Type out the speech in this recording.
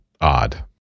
odd